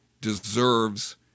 deserves